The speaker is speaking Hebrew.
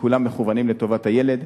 שכולם מכוונים לטובת הילד.